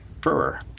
brewer